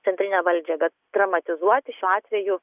centrinę valdžią bet dramatizuoti šiuo atveju